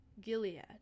Gilead